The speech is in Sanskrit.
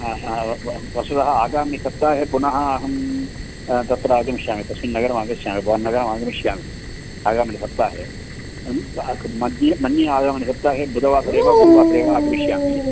हा हा वस्तुतः आगामि सप्ताहे पुनः अहं तत्र आगमिष्यामि तस्मिन् नगरम् आगष्यामि भवान् नगरम् आगमिष्यामि आगामिनि सप्ताहमध्ये मन्ये आगामिनि सप्ताहे बुधवासरे वा गुरुवासरे वा आगमिष्यामि